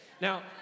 Now